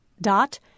dot